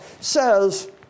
says